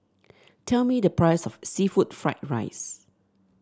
tell me the price of seafood Fried Rice